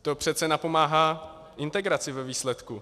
To přece napomáhá integraci ve výsledku.